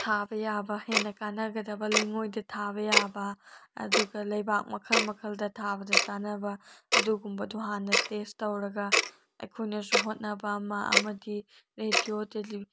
ꯊꯥꯕ ꯌꯥꯕ ꯍꯦꯟꯅ ꯀꯥꯟꯅꯒꯗꯕ ꯂꯩꯉꯣꯏꯗ ꯊꯥꯕ ꯌꯥꯕ ꯑꯗꯨꯒ ꯂꯩꯕꯥꯛ ꯃꯈꯜ ꯃꯈꯜꯗ ꯊꯥꯕꯗ ꯆꯥꯅꯕ ꯑꯗꯨꯒꯨꯝꯕꯗꯨ ꯍꯥꯟꯅ ꯇꯦꯁ ꯇꯧꯔꯒ ꯑꯩꯈꯣꯏꯅꯁꯨ ꯍꯣꯠꯅꯕ ꯑꯃꯗꯤ ꯔꯦꯗꯤꯑꯣ ꯇꯦꯂꯤ